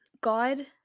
God